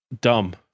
dumb